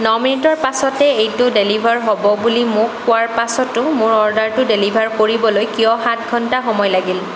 ন মিনিটৰ পাছতে এইটো ডেলিভাৰ হ'ব বুলি মোক কোৱাৰ পাছতো মোৰ অৰ্ডাৰটো ডেলিভাৰ কৰিবলৈ কিয় সাত ঘণ্টা সময় লাগিল